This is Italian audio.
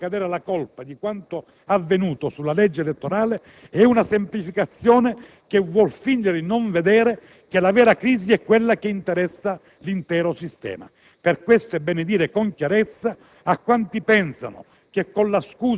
Per questo, far ricadere la colpa di quanto avvenuto sulla legge elettorale è una semplificazione che vuol fingere di non vedere cha la vera crisi è quella che interessa l'intero sistema. Per questo è bene dire con chiarezza a quanti pensano